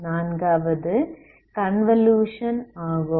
நான்காவது கன்வல்யூஷன் ஆகும்